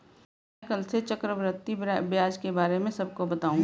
मैं कल से चक्रवृद्धि ब्याज के बारे में सबको बताऊंगा